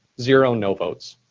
zero no votes.